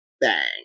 bang